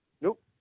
Nope